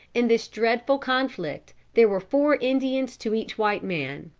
in this dreadful conflict there were four indians to each white man.